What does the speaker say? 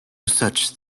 such